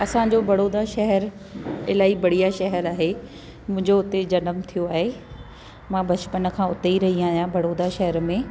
असांजो बड़ौदा शहर इलाही बढ़िया शहर आहे मुंहिंजो हुते जनमु थियो आहे मां बचपन खां उते ई आहियां बड़ौदा शहर में